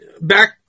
back